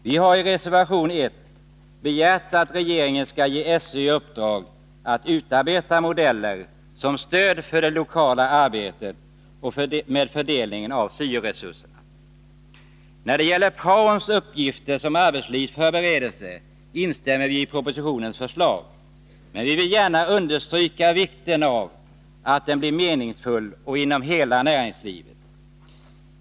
Vi har i reservation 1 begärt att regeringen skall ge SÖ i uppdrag att utarbeta modeller som stöd för det lokala arbetet med fördelning av syo-resurserna. När det gäller praons uppgifter som arbetslivsförberedelse instämmer vi i propositionens förslag, men vi vill gärna understryka vikten av att praon blir meningsfull och kommer att omfatta hela näringslivet.